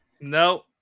No